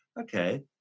okay